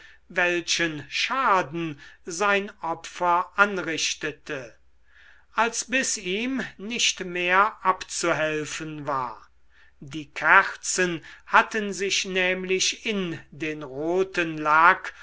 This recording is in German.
welchen schaden sein opfer anrichtete als bis ihm nicht mehr abzuhelfen war die kerzen hatten sich nämlich in den roten lack